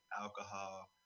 alcohol